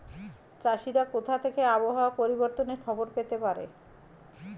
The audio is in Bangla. চাষিরা কোথা থেকে আবহাওয়া পরিবর্তনের খবর পেতে পারে?